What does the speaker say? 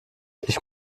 ich